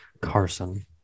Carson